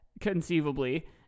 conceivably